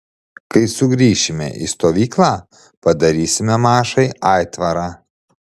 kai sugrįšime į stovyklą padarysime mašai aitvarą